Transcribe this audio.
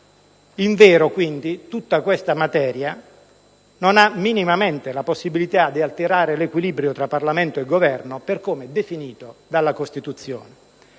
al riguardo - tutta questa materia non ha minimamente la possibilità di alterare l'equilibrio tra Parlamento e Governo per come definito dalla Costituzione.